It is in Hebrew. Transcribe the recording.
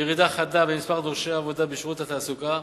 ירידה חדה במספר דורשי העבודה בשירות התעסוקה.